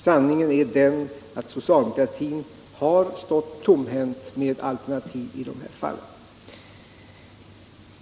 Sanningen är den att socialdemokratin har stått tomhänt med alternativ i de här fallen.